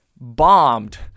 bombed